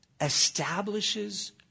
establishes